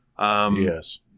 Yes